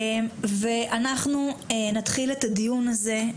אנחנו נתחיל את הדיון הזה.